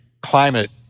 climate